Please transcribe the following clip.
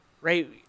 right